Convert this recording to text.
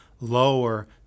lower